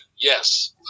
yes